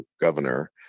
governor